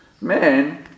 Man